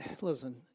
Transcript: listen